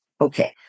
Okay